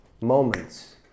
moments